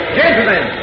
gentlemen